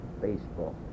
Baseball